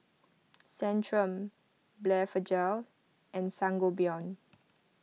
Centrum Blephagel and Sangobion